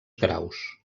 graus